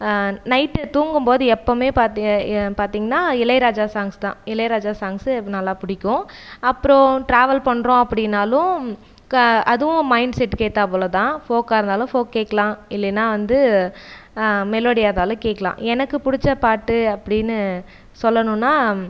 night தூங்கும் போது எப்போவுமே பார்த்து பார்த்தீங்கனா இளையராஜா சாங்ஸ் தான் இளையராஜா சாங்ஸ் நல்லா பிடிக்கும் அப்புறம் ட்ராவல் பண்கிறோம் அப்படினாலும் க அதுவும் மைண்செட்டுக்கு ஏற்றாப்புல தான் ஃபோக்காக இருந்தாலும் ஃபோக் கேட்கலாம் இல்லேனா வந்து மெலோடியாக இருந்தாலும் கேட்கலாம் எனக்கு பிடிச்ச பாட்டு அப்படின்னு சொல்லணுனால்